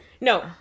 No